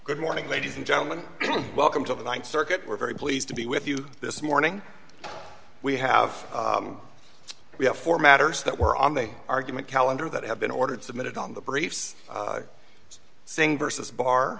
good morning ladies and gentlemen welcome to the th circuit we're very pleased to be with you this morning we have we have four matters that were on the argument calendar that have been ordered submitted on the briefs sing versus bar